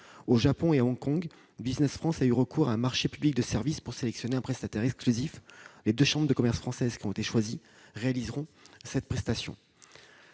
Au Japon et à Hong Kong, Business France a eu recours à un marché public de services pour sélectionner un prestataire exclusif. Les deux chambres de commerce françaises qui ont été choisies réaliseront cette prestation.